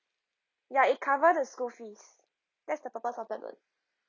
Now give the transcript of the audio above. ya it cover the school fees that's the purpose of the loan